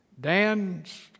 Dan's